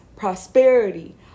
prosperity